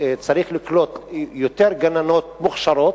צריך לקלוט יותר גננות מוכשרות,